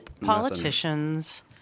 politicians